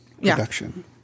production